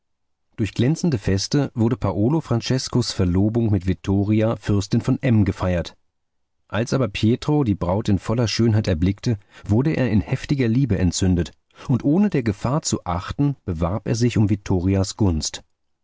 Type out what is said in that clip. durch glänzende feste wurde paolo franceskos verlobung mit vittoria fürstin von m gefeiert als aber pietro die braut in voller schönheit erblickte wurde er in heftiger liebe entzündet und ohne der gefahr zu achten bewarb er sich um vittorias gunst